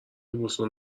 بوستون